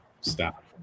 Stop